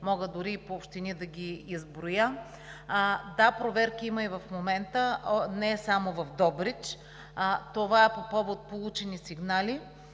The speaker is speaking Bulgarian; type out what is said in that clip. мога дори и по общини да ги изброя. Да, проверки има и в момента, не само в Добрич. Това е по повод получени сигнали.